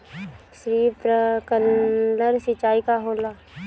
Sprinkler सिंचाई का होला?